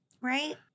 right